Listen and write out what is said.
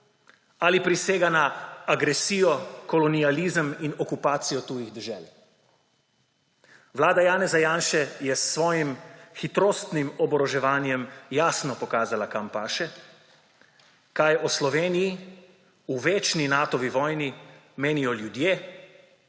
ali prisega na agresijo, kolonializem in okupacijo tujih dežel. Vlada Janeza Janše je s svojim hitrostnim oboroževanjem jasno pokazala, kam paše, kaj o Sloveniji v večni Natovi vojni menijo ljudje,